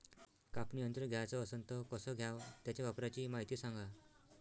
कापनी यंत्र घ्याचं असन त कस घ्याव? त्याच्या वापराची मायती सांगा